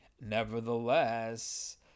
Nevertheless